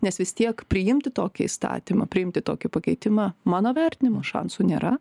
nes vis tiek priimti tokį įstatymą priimti tokį pakeitimą mano vertinimu šansų nėra